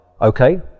okay